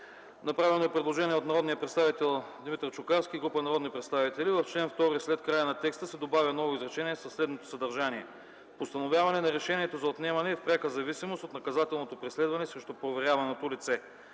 Направено е предложение от народния представител Димитър Чукарски и група народни представители – в чл. 2 след края на текста се добавя ново изречение със следното съдържание: „Постановяване на решението за отнемане е в пряка зависимост от наказателното преследване срещу проверяваното лице”.